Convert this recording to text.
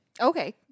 Okay